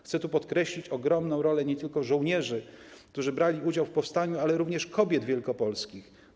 Chcę podkreślić ogromną rolę nie tylko żołnierzy, którzy brali udział w powstaniu, ale również kobiet wielkopolskich.